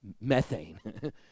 Methane